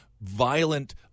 violent